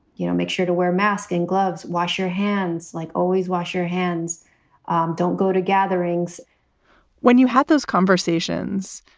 you know, make sure to wear mask and gloves. wash your hands like always. wash your hands don't go to gathering's when you have those conversations.